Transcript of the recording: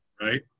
right